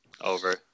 over